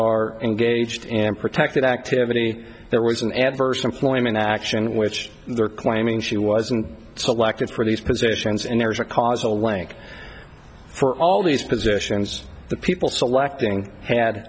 salazar engaged and protected activity there was an adverse employment action which they're claiming she wasn't selected for these positions and there is a causal link for all these positions the people selecting had